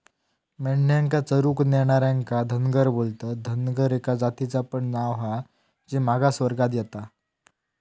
मेंढ्यांका चरूक नेणार्यांका धनगर बोलतत, धनगर एका जातीचा पण नाव हा जी मागास वर्गात येता